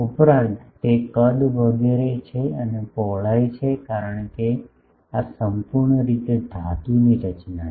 ઉપરાંત તે કદ વગેરે છે અને તે પહોળાઈ છે કારણ કે આ સંપૂર્ણ રીતે ધાતુની રચના છે